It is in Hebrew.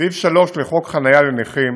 סעיף 3 לחוק חניה לנכים